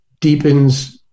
deepens